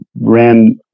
ran